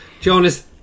Jonas